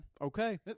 Okay